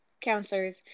counselors